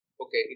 okay